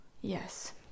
yes